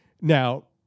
Now